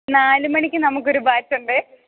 നാല് മണിക്ക് നമുക്കൊരു ബാച്ചുണ്ടേ